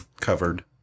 covered